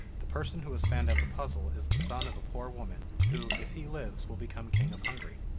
the person who has found out the puzzle is the son of a poor woman, who, if he lives, will become king of hungary.